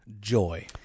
joy